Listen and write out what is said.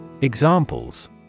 Examples